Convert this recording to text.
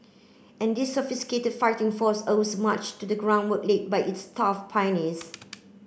and this sophisticated fighting force owes much to the groundwork laid by its tough pioneers